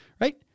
right